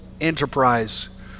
enterprise